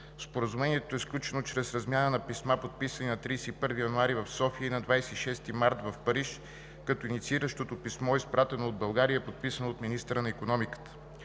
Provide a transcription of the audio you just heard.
Споразумението е сключено чрез размяна на писма, подписани на 31 януари в София и на 26 март в Париж, като иницииращото писмо е изпратено от България и е подписано от министъра на икономиката.